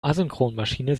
asynchronmaschine